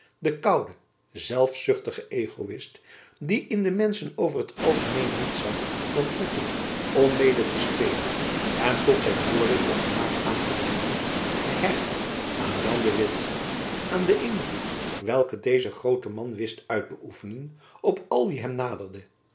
de koude zelfzuchtige egoïst die in de menschen over t algemeen niets zag dan poppen om mede te spelen en tot zijn voordeel of vermaak aan te wenden gehecht aan jan de witt aan den invloed welken deze groote man wist uit te oefenen op al wie hem naderde